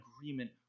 agreement